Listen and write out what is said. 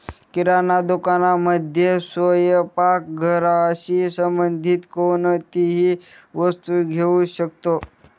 किराणा दुकानामध्ये स्वयंपाक घराशी संबंधित कोणतीही वस्तू घेऊ शकतो